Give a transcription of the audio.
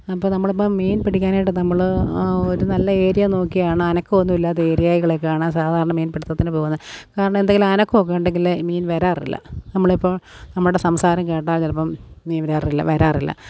അപ്പം നമ്മളിപ്പം മീൻ പിടിക്കാനായിട്ടു നമ്മൾ ഒരു നല്ല ഏരിയ നോക്കിയാണ് അനക്കമൊന്നുമില്ലാതെ ഏരിയകളിലൊക്കെ ആണ് സാധാരണ മീൻ പിടുത്തത്തിനു പോകുന്നത് കാരണം എന്തെങ്കിലും അനക്കമൊക്കെയുണ്ടെങ്കിൽ മീൻ വരാറില്ല നമ്മളിപ്പോൾ നമ്മുടെ സംസാരം കേട്ടാൽ ചിലപ്പം മീൻ വരാറില്ല വരാറില്ല